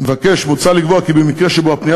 זה דבר שלא יעלה על הדעת.